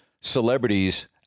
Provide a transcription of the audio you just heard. celebrities